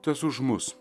tas už mus